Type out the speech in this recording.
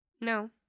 No